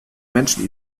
menschen